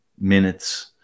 minutes